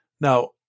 Now